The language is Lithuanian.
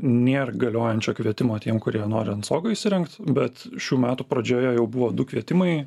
nėr galiojančio kvietimo tiem kurie nori ant stogo įsirengt bet šių metų pradžioje jau buvo du kvietimai